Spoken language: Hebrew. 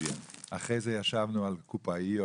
אחרי זה ישבנו על קופאיות